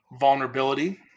vulnerability